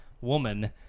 woman